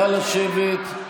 נא לשבת.